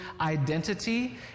identity